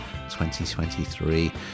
2023